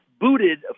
booted